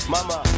Mama